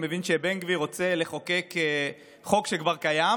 אני מבין שבן גביר רוצה לחוקק חוק שכבר קיים,